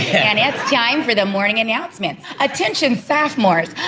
and it's time for the morning announcement. attention sophomores!